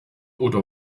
oder